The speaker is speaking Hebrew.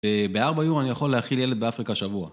בארבע יורו אני יכול להכיל ילד באפריקה שבוע.